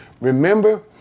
Remember